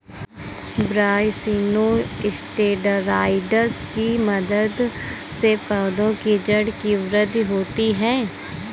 brassinosteroids की मदद से पौधों की जड़ की वृद्धि होती है